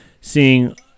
seeing